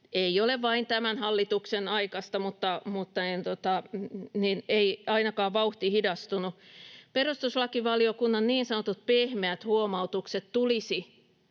ei ole vain tämän hallituksen aikaista, mutta ei vauhti ainakaan hidastunut. Perustuslakivaliokunnan niin sanotut pehmeät huomautukset tulisi